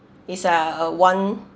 is a one